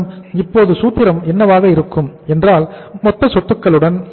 இப்போது சூத்திரம் என்னவாக இருக்கும் என்றால் மொத்த சொத்துக்களுடன் 0